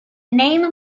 name